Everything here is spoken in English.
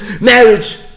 Marriage